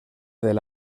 del